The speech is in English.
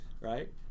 Right